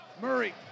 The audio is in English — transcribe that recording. Murray